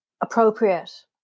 appropriate